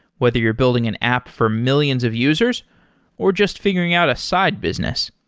whether you're building an app for millions of users or just figuring out a side business.